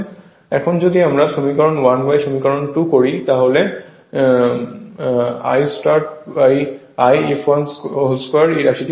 এখন যদি আমরা সমীকরণ 1সমীকরণ 2 করি তাহলে I startI fl2 এই রাশিটি পাবো